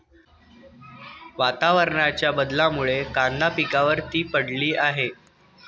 वातावरणाच्या बदलामुळे कांदा पिकावर ती पडली आहे